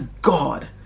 God